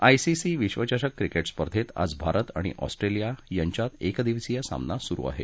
ICC विश्वचषक cricket स्पर्धेत आज भारत आणि ऑस्ट्रेलिया यांच्यात एकदिवसीय सामना सुरु आहे